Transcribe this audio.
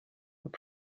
were